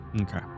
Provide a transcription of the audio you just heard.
Okay